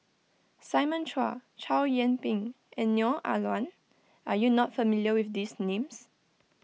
Simon Chua Chow Yian Ping and Neo Ah Luan are you not familiar with these names